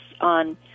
on